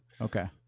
Okay